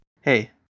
Hey